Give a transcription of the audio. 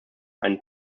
ein